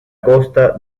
costa